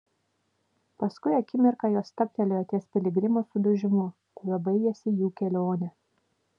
paskui akimirką jos stabtelėjo ties piligrimo sudužimu kuriuo baigėsi jų kelionė